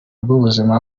rw’ubuzima